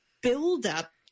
build-up